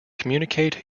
communicate